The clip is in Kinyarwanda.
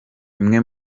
imwe